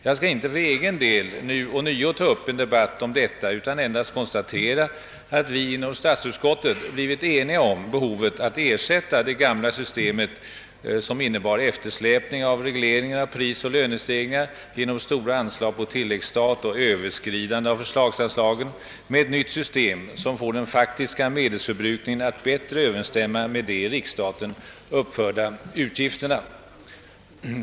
Jag skall inte för egen del ånyo ta upp en debatt om detta, utan jag vill endast konstatera att vi inom statsutskottet blivit eniga om behovet av att ersätta det gamla systemet, som innebar eftersläpning av regleringen av prisoch lönestegringar genom stora anslag på tilläggsstat och överskridande av förslagsanslagen, med ett nytt system, som får den faktiska medelsförbrukningen att bättre överensstämma med de i riksstaten uppförda utgifterna.